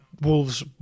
Wolves